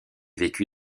vécut